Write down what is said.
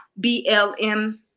BLM